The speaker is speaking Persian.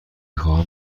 خواهم